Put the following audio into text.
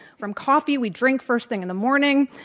from coffee we drink first thing in the morning,